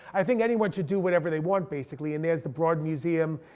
i think anyone should do whatever they want, basically. and there's the broad museum.